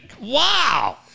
Wow